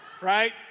right